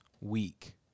week